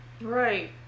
Right